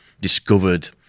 discovered